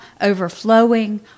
overflowing